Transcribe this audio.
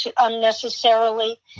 unnecessarily